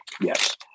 Yes